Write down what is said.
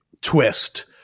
twist